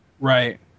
Right